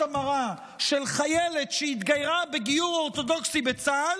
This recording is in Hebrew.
המרה של חיילת שהתגיירה בגיור אורתודוקסי בצה"ל,